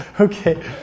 Okay